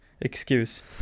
excuse